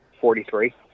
Forty-three